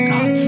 God